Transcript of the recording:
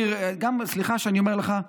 סליחה שאני אומר לך: